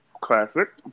Classic